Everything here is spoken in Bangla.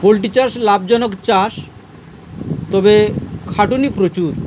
পোলট্রি চাষ লাভজনক চাষ তবে খাটুনই প্রচুর